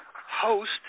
host